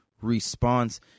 response